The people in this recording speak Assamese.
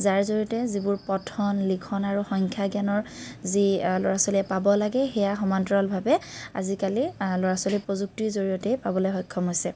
যাৰ জৰিয়তে যিবোৰ পঠন লিখন আৰু সংখ্যা জ্ঞানৰ যি ল'ৰা ছোৱালীয়ে পাব লাগে সেয়া সমান্তৰালভাৱে আজিকালি ল'ৰা ছোৱালীয়ে প্ৰযুক্তিৰ জৰিয়তেই পাবলৈ সক্ষম হৈছে